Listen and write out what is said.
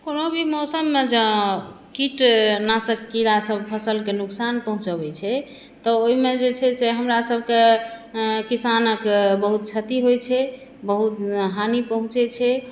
कोनो भी मौसममे जँ कीटनाशक कीड़ासभ फसलकेँ नुकसान पहुँचबैत छै तऽ ओहिमे जे छै से हमरासभके किसानक बहुत क्षति होइत छै बहुत हानि पहुँचैत छै